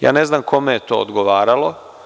Ja ne znam kome je to odgovaralo.